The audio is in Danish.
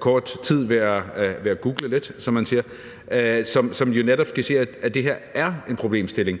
kort tid ved at google lidt, som man siger – som netop skitserer, at det her er en problemstilling.